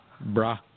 Bra